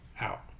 out